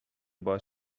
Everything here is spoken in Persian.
باعث